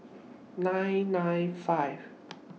nine nine five